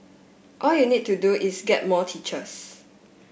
all you need to do is get more teachers